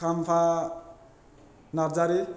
Khampha Narzary